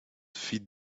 feed